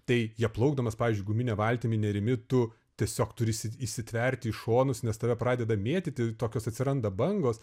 tai ja plaukdamas pavyzdžiui gumine valtimi nerimi tu tiesiog turi įsi įsitverti į šonus nes tave pradeda mėtyti tokios atsiranda bangos